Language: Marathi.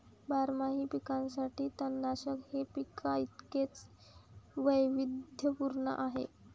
बारमाही पिकांसाठी तणनाशक हे पिकांइतकेच वैविध्यपूर्ण आहे